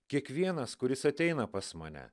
kiekvienas kuris ateina pas mane